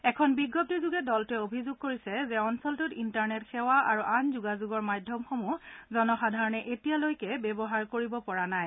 এখন বিজ্ঞপ্তিযোগে দলটোৱে অভিযোগ কৰিছে যে অঞ্চলটোত ইণ্টাৰনেট সেৱা আৰু আন যোগাযোগৰ মাধ্যমসমূহ জনসাধাৰণে এতিয়ালৈকে ব্যৱহাৰ কৰিব পৰা নাই